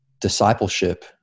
discipleship